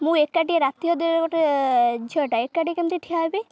ମୁଁ ଏକାଟିଏ ରାତି ଅଧରେ ଗୋଟ ଝିଅଟା ଏକାଟି କେମିତି ଠିଆ ହେବେ